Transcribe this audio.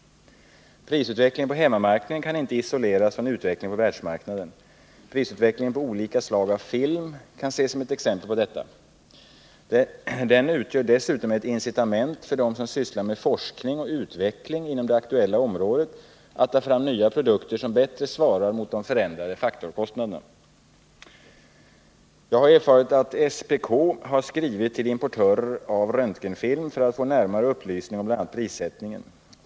Prisutvecklingen på hemmamarknaden kan inte isoleras från utvecklingen på världsmarknaden. Utvecklingen av priserna på olika slag av film kan ses som ett exempel på detta. Den utgör dessutom ett incitament för dem som sysslar med forsknng och utveckling inom det aktuella området att ta fram nya produkter som bättre svarar mot de förändrade faktorkostnaderna. Jag har erfarit att SPK har skrivit till importörer av röntgenfilm för att få närmare upplysningar om bl.a. prissättningen.